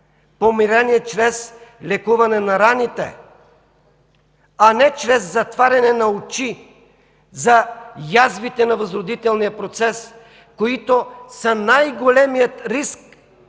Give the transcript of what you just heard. Помирение чрез лекуване на раните, а не чрез затваряне на очи за язвите на възродителния процес, които са най-големият риск